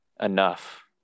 enough